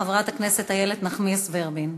חברת הכנסת איילת נחמיאס ורבין.